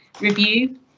review